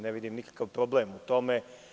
Ne vidim nikakav problem u tome.